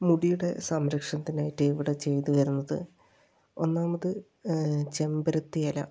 മുടിയുടെ സംരക്ഷണത്തിനായിട്ട് ഇവിടെ ചെയ്തുവരുന്നത് ഒന്നാമത് ചെമ്പരത്തിയില